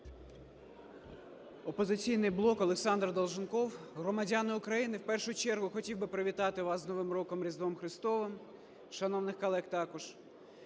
"Опозиційний блок", Олександр Долженков. Громадяни України, в першу чергу хотів би привітати вас з Новим роком, Різдвом Христовим, шановних колег також.